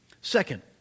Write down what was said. Second